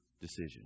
decision